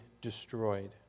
destroyed